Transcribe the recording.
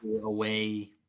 away